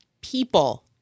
people